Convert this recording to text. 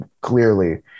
clearly